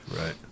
right